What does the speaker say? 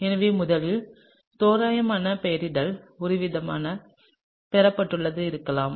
எனவே ஒருவித தோராயமான பெயரிடல் ஒருவிதமான பெறப்பட்டதாக இருக்கலாம்